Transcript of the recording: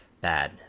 bad